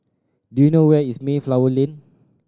do you know where is Mayflower Lane